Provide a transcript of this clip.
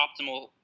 optimal